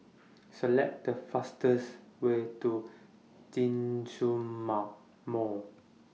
Select The fastest Way to Djitsun Mar Mall